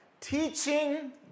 teaching